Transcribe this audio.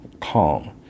calm